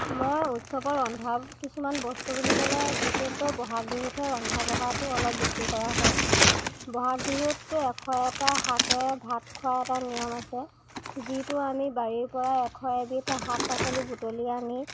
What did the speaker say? মই উৎসৱত ৰন্ধা কিছুমান বস্তু বুলি ক'লে বিশেষকৈ বহাগ বিহুতহে ৰন্ধা বঢ়াতো অলপ বেছি কৰা হয় বহাগ বিহুত এশ এটা শাকেৰে ভাত খুৱাৰ এটা নিয়ম আছে যিটো আমি বাৰীৰ পৰা এশ এবিধ শাক পাচলি বুটলি আনি